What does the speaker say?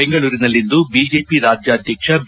ಬೆಂಗಳೂರಿನಲ್ಲಿಂದು ಬಿಜೆಪಿ ರಾಜ್ಯಾಧ್ವಕ್ಷೆ ಬಿ